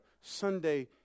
Sunday